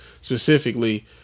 specifically